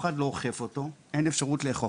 אחד לא אוכף את השימוש בו ואין אפשרות לאכוף.